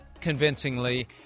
convincingly